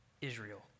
Israel